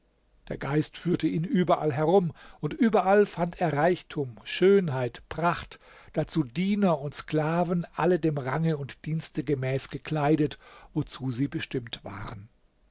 der geist führte ihn überall herum und überall fand er reichtum schönheit pracht dazu diener und sklaven alle dem range und dienste gemäß gekleidet wozu sie bestimmt waren